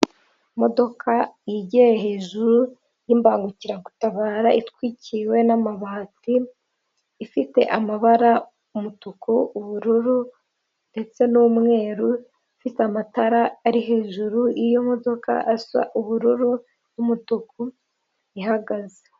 Imodoka igiye hejuru y'ibambangukiragutabara itwikiriwe n'amabati, ifite amabara umutuku, ubururu ndetse n'umweru, ifite amatara ari hejuru y'iyo modoka asa ubururu, umutuku ihagaze.